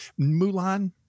Mulan